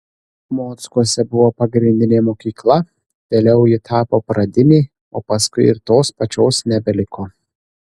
mockuose buvo pagrindinė mokykla vėliau ji tapo pradinė o paskui ir tos pačios nebeliko